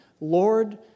Lord